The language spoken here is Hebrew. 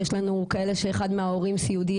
יש כאלה שאחד מההורים סיעודי.